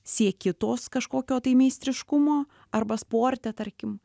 sieki tos kažkokio tai meistriškumo arba sporte tarkim